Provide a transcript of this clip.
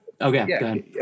Okay